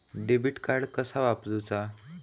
Debit card कसा वापरुचा?